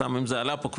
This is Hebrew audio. סתם אם זה עלה פה.